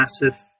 massive